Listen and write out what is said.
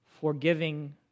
forgiving